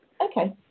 Okay